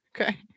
okay